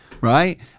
right